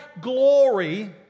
glory